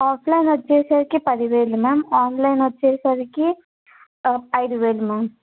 offline వచ్చేసరికి పది వేలు మ్యామ్ ఆన్లైన్ వచ్చేసరికి ఐదు వేలు మ్యామ్